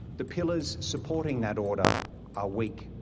the pillars supporting that order are weak.